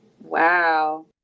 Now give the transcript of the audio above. Wow